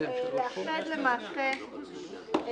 ולעשות את